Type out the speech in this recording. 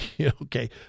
Okay